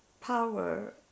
power